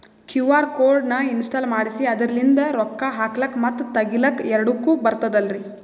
QR code ನ ಇನ್ಸ್ಟಾಲ ಮಾಡೆಸಿ ಅದರ್ಲಿಂದ ರೊಕ್ಕ ಹಾಕ್ಲಕ್ಕ ಮತ್ತ ತಗಿಲಕ ಎರಡುಕ್ಕು ಬರ್ತದಲ್ರಿ?